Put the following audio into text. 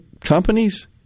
companies